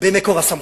במקור הסמכות.